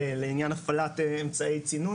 לעניין הפעלת אמצעי צינון,